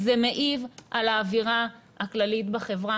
זה מעיב על האווירה הכללית בחברה.